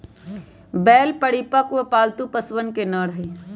बैल परिपक्व, पालतू पशुअन के नर हई